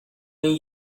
این